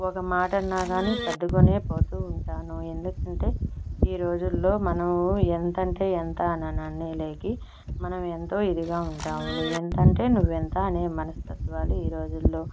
ఒక మాట అన్నా కాని సర్దుకునే పోతూ ఉంటాను ఎందుకంటే ఈ రోజుల్లో మనము ఎంతంటే ఎంత అని అనలేక మనము ఎంతో ఇదిగా ఉంటాము నువ్వెంతంటే నువ్వెంత అనే మనస్తత్వాలు ఈ రోజుల్లో